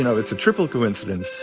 you know it's a triple coincidence.